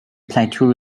plateau